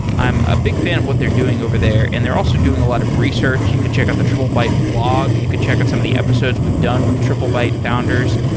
i'm a big fan of what they're doing over there and they're also doing a lot of research. you can check out the triplebyte blog. you can check out some of the episodes we've done with triplebyte founders.